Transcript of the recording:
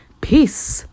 Peace